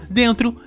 dentro